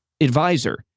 advisor